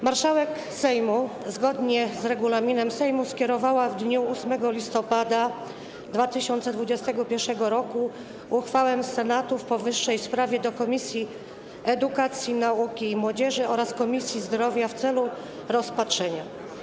Marszałek Sejmu zgodnie z regulaminem Sejmu skierowała w dniu 8 listopada 2021 r. uchwałę Senatu w powyższej sprawie do Komisji Edukacji, Nauki i Młodzieży oraz Komisji Zdrowia w celu rozpatrzenia.